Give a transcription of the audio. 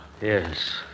Yes